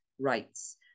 rights